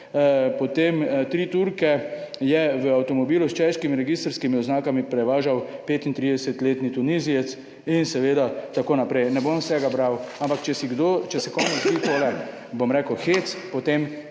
potem tri Turke je v avtomobilu s češkimi registrskimi oznakami prevažal 35-letni Tunizijec in seveda tako naprej." - ne bom vsega bral! Ampak če si kdo, če se komu zdi tole, bom rekel hec, potem